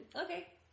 Okay